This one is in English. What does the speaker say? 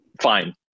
fine